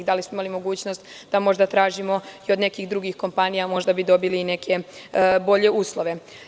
Da li smo imali mogućnost da možda tražimo i od nekih drugih kompanija možda bi dobili neke bolje uslove?